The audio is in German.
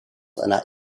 einer